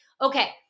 Okay